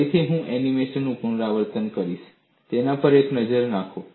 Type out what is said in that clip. ફરીથી હું એનિમેશનનું પુનરાવર્તન કરીશ તેના પર એક નજર નાખો